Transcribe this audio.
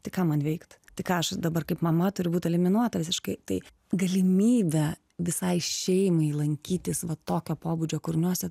tai ką man veikt tai ką aš dabar kaip mama turiu būt eliminuota visiškai tai galimybę visai šeimai lankytis va tokio pobūdžio kūriniuose